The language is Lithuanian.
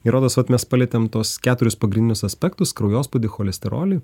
ir rodos vat mes palietėm tuos keturis pagrindinius aspektus kraujospūdį cholesterolį